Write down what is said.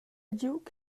giug